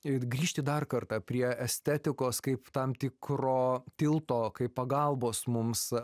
ir grįžti dar kartą prie estetikos kaip tam tikro tilto kaip pagalbos mums